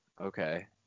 okay